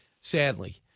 sadly